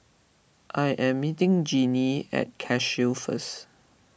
I am meeting Jennie at Cashew first